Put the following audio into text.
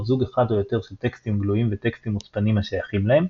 זוג אחד או יותר של טקסטים גלויים וטקסטים מוצפנים השייכים להם,